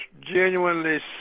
genuinely